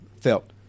felt